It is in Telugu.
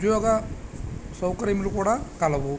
ఉద్యోగ సౌకర్యములు కూడా కలవు